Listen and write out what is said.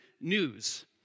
news